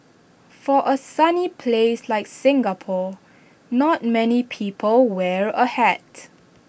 for A sunny place like Singapore not many people wear A hat